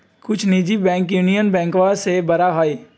कुछ निजी bank union बैंकवा से बड़ा हई